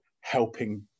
helping